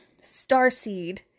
Starseed